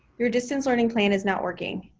your distance learning plan is not working.